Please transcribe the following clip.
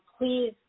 please